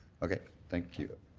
okay. thank you.